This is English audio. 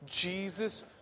Jesus